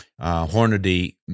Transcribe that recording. Hornady